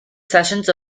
sessions